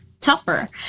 tougher